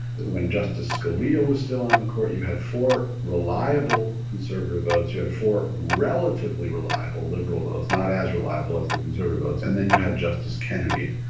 when justice scalia was still on the court you had four reliable conservative votes, you had for relatively reliable liberal votes, not as reliable as the conservative votes, and then you had justice kennedy.